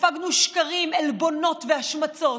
ספגנו שקרים, עלבונות והשמצות,